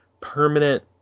permanent